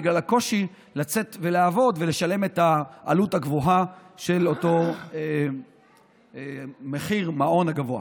בגלל הקושי לצאת לעבוד ולשלם את העלות הגבוהה של אותו מעון במחיר גבוה.